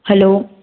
hello